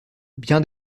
bien